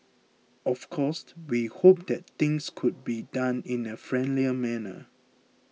of course we hope that things could be done in a friendlier manner